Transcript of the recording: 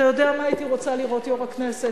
אתה יודע מה הייתי רוצה לראות, יושב-ראש הכנסת?